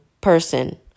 person